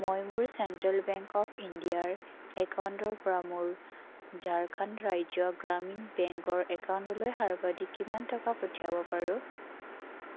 মই মোৰ central bank of ইণ্ডিয়াৰ একাউণ্টৰ পৰা মোৰ ঝাৰখণ্ড ৰাজ্য গ্ৰামীণ বেংকৰ একাউণ্টলৈ সৰ্বাধিক কিমান টকা পঠিয়াব পাৰোঁ